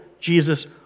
Jesus